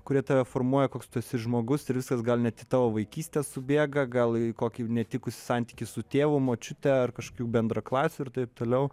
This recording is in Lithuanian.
kurie tave formuoja koks tu esi žmogus ir visas gal net į tavo vaikystę subėga gal kokį netikusį santykį su tėvu močiute ar kažkokiu bendraklasiu ir taip toliau